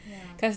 ya